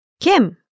Kim